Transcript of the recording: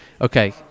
Okay